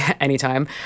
anytime